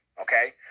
okay